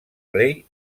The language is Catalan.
rei